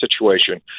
situation